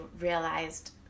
realized